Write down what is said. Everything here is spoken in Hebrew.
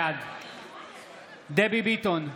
בעד דבי ביטון,